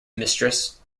mistress